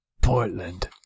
Portland